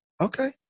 okay